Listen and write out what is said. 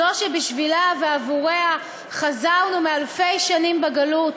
זו שבשבילה ובעבורה חזרנו מאלפי שנים בגלות,